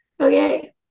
okay